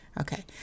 Okay